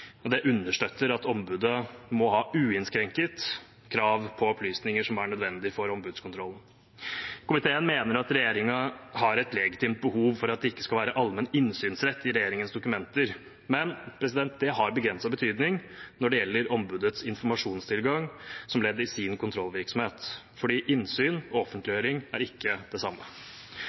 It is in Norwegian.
og det understøtter at ombudet må ha uinnskrenket krav på opplysninger som er nødvendige for ombudskontrollen. Komiteen mener at regjeringen har et legitimt behov for at det ikke skal være allmenn innsynsrett i regjeringens dokumenter, men det har begrenset betydning når det gjelder ombudets informasjonstilgang som ledd i sin kontrollvirksomhet, for innsyn og offentliggjøring er ikke det samme.